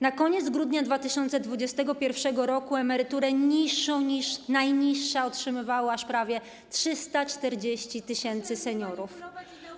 Na koniec grudnia 2021 r. emeryturę niższą niż najniższa otrzymywało prawie 340 tys. seniorów.